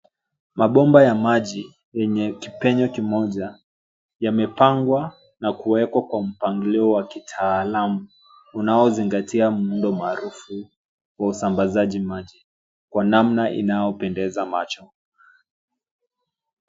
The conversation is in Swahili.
Mabomba ya maji yenye kipenyo kimoja yamepangwa na kuekwa kwa mpangilio wa kitaalamu unao zingatia muundo maarufu wa usambazaji maji kwa namna inayopendeza macho.